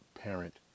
parent